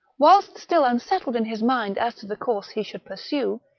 whilst still unsettled in his mind as to the course he should pursue,